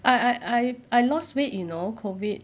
I I I lost weight you know COVID